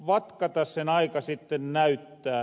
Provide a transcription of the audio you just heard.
sen aika sitten näyttää